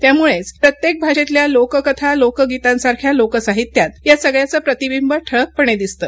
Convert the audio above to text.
त्यामुळेच प्रत्येक भाषेतल्या लोककथा लोकगीतांसारख्या लोकसाहित्यात या सगळ्याचं प्रतिबिंब ठळकपणे दिसतं